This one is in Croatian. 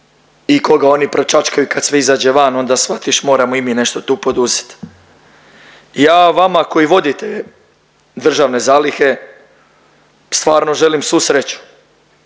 i koga oni pročačkaju kad sve izađe van, onda shvatiš, moramo i mi nešto tu poduzeti. Ja vama koji vodite državne zalihe stvarno želim svu sreću,